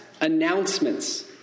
announcements